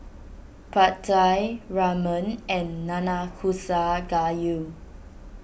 Pad Thai Ramen and Nanakusa Gayu